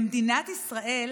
במדינת ישראל